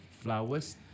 flowers